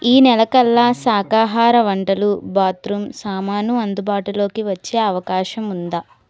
ఈ నెల కల్లా శాకాహార వంటలు బాత్రూమ్ సామాను అందుబాటులోకి వచ్చే అవకాశం ఉందా